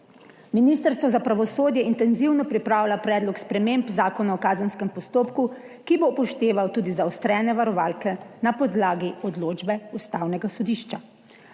Ministrstvo za pravosodje intenzivno pripravlja Predlog sprememb Zakona o kazenskem postopku, ki bo upošteval tudi zaostrene varovalke na podlagi odločbe Ustavnega sodišča.